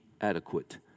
adequate